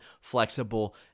flexible